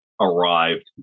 Arrived